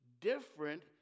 different